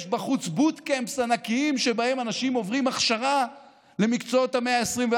יש בחוץ boot camps ענקיים שבהם אנשים עוברים הכשרה למקצועות המאה ה-21.